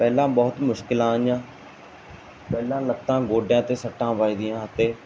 ਪਹਿਲਾਂ ਬਹੁਤ ਮੁਸ਼ਕਿਲਾਂ ਆਈਆਂ ਪਹਿਲਾਂ ਲੱਤਾਂ ਗੋਡਿਆਂ 'ਤੇ ਸੱਟਾਂ ਵੱਜਦੀਆਂ ਅਤੇ